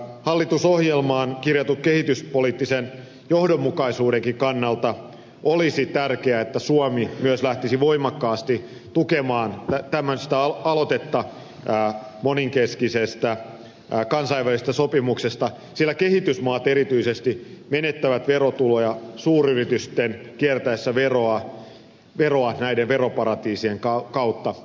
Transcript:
hallitusohjelmaan kirjatun kehityspoliittisen johdonmukaisuudenkin kannalta olisi tärkeää että suomi myös lähtisi voimakkaasti tukemaan tämmöistä aloitetta monenkeskisestä kansainvälisestä sopimuksesta sillä erityisesti kehitysmaat menettävät verotuloja suuryritysten kiertäessä veroja näiden veroparatiisien kautta